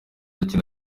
adakina